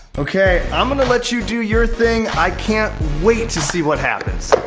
ok. i'm going to let you do your thing. i can't wait to see what happens.